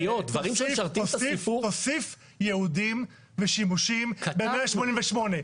תוסיף ייעודים ושימושים ב-188.